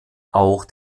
auch